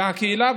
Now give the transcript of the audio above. הקהילה,